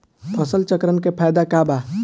फसल चक्रण के फायदा का बा?